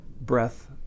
breath